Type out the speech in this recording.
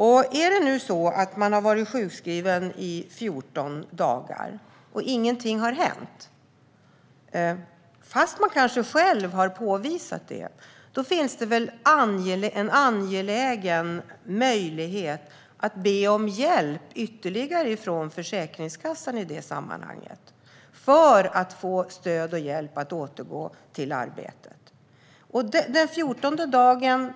Om det nu är så att man har varit sjukskriven i 14 dagar och ingenting har hänt, fastän man själv har påvisat detta, är det väl angeläget att man får möjlighet att be om ytterligare hjälp från Försäkringskassan i detta sammanhang. Det här syftar till att man ska få stöd och hjälp att återgå till arbetet. Den fjortonde dagens